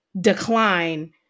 decline